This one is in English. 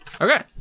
Okay